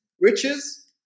riches